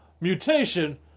mutation